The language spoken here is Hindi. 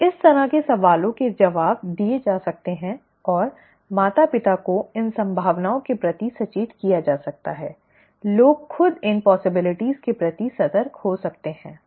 ठीक है इस तरह के सवालों का जवाब दिया जा सकता है और माता पिता को इन संभावनाओं के प्रति सचेत किया जा सकता है लोग खुद इन संभावनाओं के प्रति सतर्क हो सकते हैं